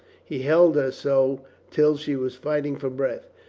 he held her so till she was fighting for breath,